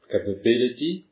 Capability